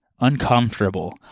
uncomfortable